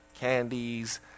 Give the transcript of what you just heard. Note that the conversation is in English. candies